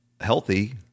healthy